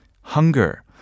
Hunger